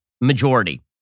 majority